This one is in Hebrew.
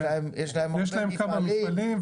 יש להם הרבה מפעלים,